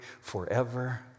forever